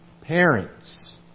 parents